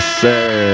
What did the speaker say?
sir